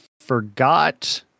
forgot